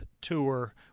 tour